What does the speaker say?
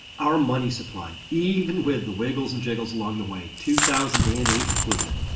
our money supply, even with the wiggles and jiggles along the way, two thousand and eight included,